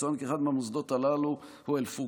יצוין כי אחד מהמוסדות הללו הוא אלפורקאן,